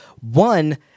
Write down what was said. one